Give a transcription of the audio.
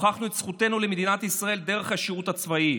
הוכחנו את זכותנו למדינת ישראל דרך השירות הצבאי,